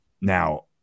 now